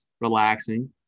relaxing –